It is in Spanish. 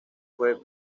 fue